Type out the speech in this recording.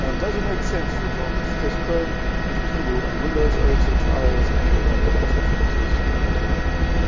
um does it make sense for example to test chrome with a keyboard on windows osx, ios, android and linux if it exists on all those platforms?